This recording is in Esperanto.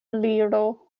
aliro